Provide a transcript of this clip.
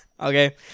Okay